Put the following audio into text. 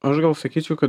aš gal sakyčiau kad